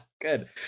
Good